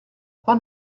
pas